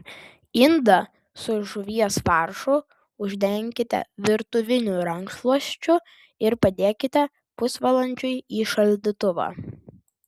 indą su žuvies faršu uždenkite virtuviniu rankšluosčiu ir padėkite pusvalandžiui į šaldytuvą